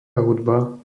hudba